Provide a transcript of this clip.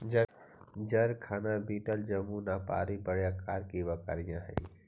जरखाना बीटल जमुनापारी बड़े आकार की बकरियाँ हई